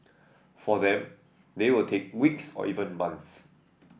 for them they will take weeks or even months